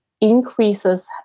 increases